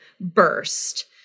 burst